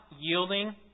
yielding